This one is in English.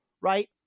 right